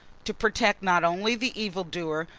to protect, not only the evil-doer,